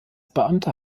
beamter